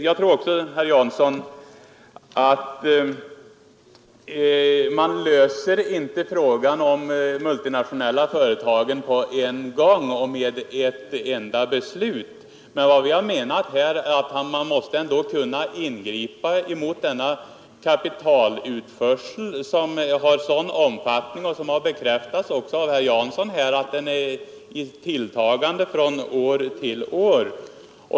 Jag tror inte heller, herr Jansson, att man löser problemet med de multinationella företagen på en gång och genom ett enda beslut, men vad vi har menat är att man ändå måste kunna ingripa mot denna omfattande kapitalutförsel, som också har bekräftats här av herr Jansson. Han har även medgivit att den tilltagit från år till år.